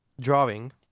drawing